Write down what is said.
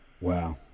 Wow